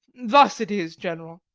thus it is, general.